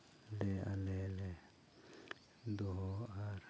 ᱞᱮ ᱟᱞᱮᱞᱮ ᱫᱚᱦᱚ ᱟᱨ